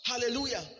hallelujah